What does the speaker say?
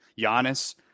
Giannis